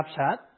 Snapchat